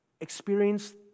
experience